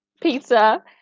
pizza